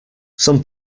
some